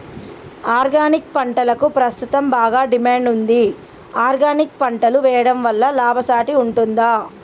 Organic పంటలకు ప్రస్తుతం బాగా డిమాండ్ ఉంది ఆర్గానిక్ పంటలు వేయడం వల్ల లాభసాటి ఉంటుందా?